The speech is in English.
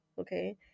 okay